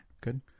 Good